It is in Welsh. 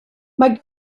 mae